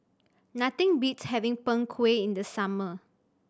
nothing beats having Png Kueh in the summer